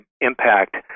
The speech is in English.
impact